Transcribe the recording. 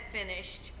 finished